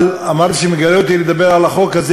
אבל אמרתי שמגרה אותי לדבר על החוק הזה